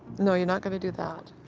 no, you're not gonna do that.